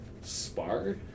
Spar